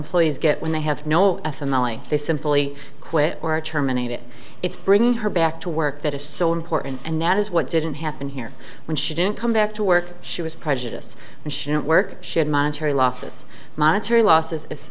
employees get when they have no a family they simply quit or terminate it it's bring her back to work that is so important and that is what didn't happen here when she didn't come back to work she was prejudiced and shouldn't work should monetary losses monetary losses